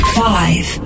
five